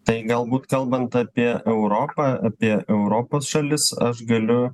tai galbūt kalbant apie europą apie europos šalis aš galiu